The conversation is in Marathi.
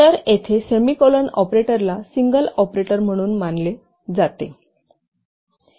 तर येथे सेमीकॉलन ऑपरेटरला सिंगल ऑपरेटर म्हणूनही मानले जाते